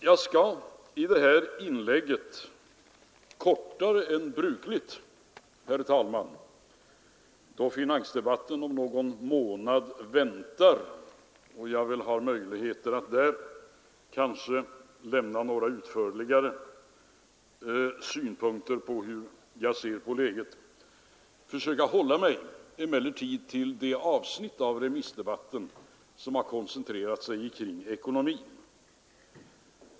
Jag skall emellertid, herr talman, i detta inlägg kortare än brukligt — då finansdebatten väntar om någon månad och jag väl har möjlighet att där framföra något utförligare synpunkter på hur jag ser på läget — försöka hålla mig till det avsnitt av remissdebatten som koncentrerat sig kring ekonomin.